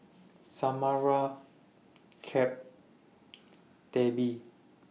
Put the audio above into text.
Samara Cap and Debbie